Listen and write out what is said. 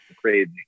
crazy